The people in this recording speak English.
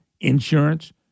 insurance